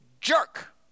jerk